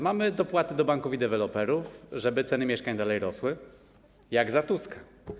Mamy dopłaty do banków i deweloperów, żeby ceny mieszkań dalej rosły, jak za Tuska.